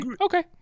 okay